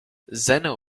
zeno